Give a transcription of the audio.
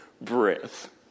breath